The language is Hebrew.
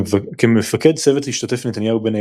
כמפקד צוות השתתף נתניהו,